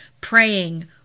praying